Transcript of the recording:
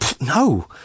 no